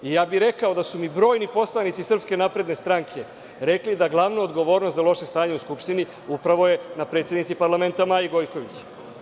Ja bih rekao da su mi brojni poslanici SNS rekli da glavnu odgovornost za loše stanje u Skupštini upravo je na predsednici parlamenta Maji Gojković.